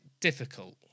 difficult